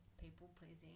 people-pleasing